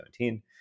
2017